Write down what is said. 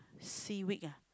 seaweed ah